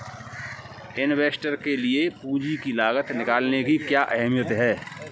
Investor के लिए पूंजी की लागत निकालने की क्या अहमियत है?